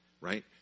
Right